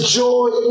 joy